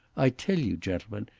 i tell you, gentlemen,